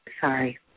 Sorry